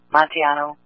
Montiano